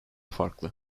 farklı